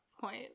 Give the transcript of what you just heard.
point